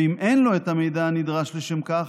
ואם אין לו את המידע הנדרש לשם כך,